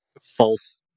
false